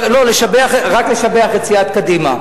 רק לשבח את סיעת קדימה.